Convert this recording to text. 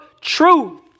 truth